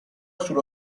sullo